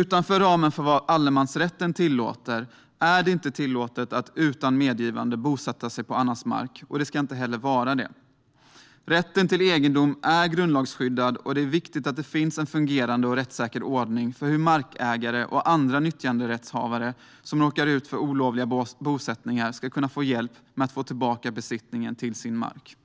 Utanför ramen för vad allemansrätten medger är det inte tillåtet att utan medgivande bosätta sig på annans mark, och det ska inte heller vara det. Rätten till egendom är grundlagsskyddad, och det är viktigt att det finns en fungerande och rättssäker ordning för hur markägare och andra nyttjanderättshavare som råkar ut för olovliga bosättningar ska kunna få hjälp med att få tillbaka marken i sin besittning.